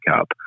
up